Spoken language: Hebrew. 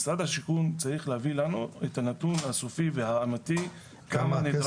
משרד השיכון צריך להביא לנו את הנתון הסופי והאמתי כמה כסף